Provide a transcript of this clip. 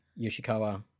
Yoshikawa